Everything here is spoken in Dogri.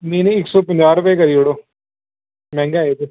नेईं नेईं इक्क सौ पंजाह् रपे करी ओड़ो मैहंगा होग ते